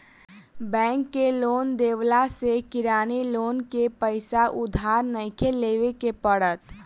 bank के loan देवला से किरानी लोग के पईसा उधार नइखे लेवे के पड़त